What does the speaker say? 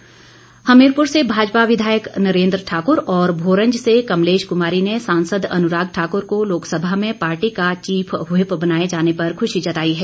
विघायक हमीरपुर से भाजपा विधायक नरेंद्र ठाकुर और भोरंज से कमलेश कुमारी ने सांसद अनुराग ठाकुर को लोकसभा में पार्टी का चीफ व्हिप बनाए जाने पर खुशी जताई है